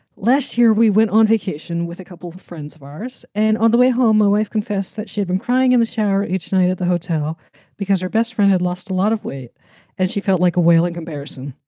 last year we went on vacation with a couple of of friends of ours, and on the way home, my wife confessed that she had been crying in the shower each night at the hotel hotel because her best friend had lost a lot of weight and she felt like a whale in comparison.